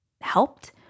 helped